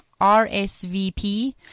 RSVP